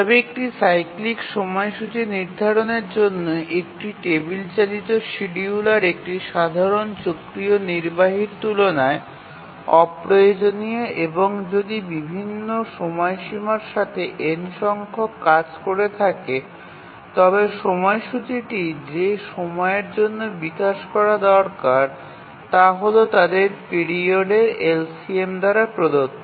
তবে একটি সাইক্লিক সময়সূচী নির্ধারণের জন্য একটি টেবিল চালিত শিডিয়ুলার একটি সাধারণ চক্রীয় নির্বাহীর তুলনায় অপ্রয়োজনীয় এবং যদি বিভিন্ন সময়সীমার সাথে n সংখক কাজ করে থাকে তবে সময়সূচীটি যে সময়ের জন্য বিকাশ করা দরকার তা হল তাদের পিরিয়ডের এলসিএম দ্বারা প্রদত্ত